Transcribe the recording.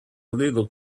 little